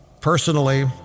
personally